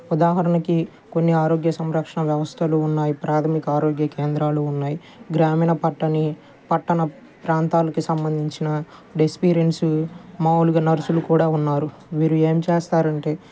ఉదాహరణకి కొన్ని ఆరోగ్య సంరక్షణ వ్యవస్థలు ఉన్నాయి ప్రాథమిక ఆరోగ్య కేంద్రాలు ఉన్నాయి గ్రామీణ పట్టని పట్టణ ప్రాంతాలకి సంబంధించిన డెస్పిరెన్సు మామూలుగా నర్సులు కూడా ఉన్నారు వీరు ఏం చేస్తారు అంటే